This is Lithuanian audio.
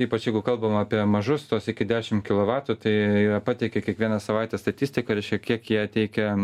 ypač jeigu kalbam apie mažus tuos iki dešim kilovatų tai jie pateikai kiekvieną savaitę statistiką reiškia kiek jie teikia